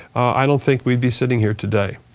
i don't think we'd be sitting here today.